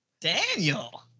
Daniel